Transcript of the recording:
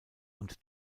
und